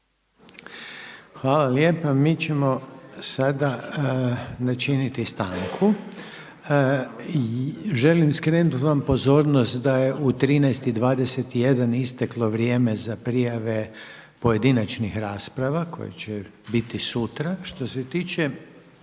Hvala lijepa. Mi ćemo sada načiniti stanku. Želim vam skrenuti pozornost da je u 13,21 isteklo vrijeme za prijave pojedinačnih rasprava koje će biti sutra. Što se tiče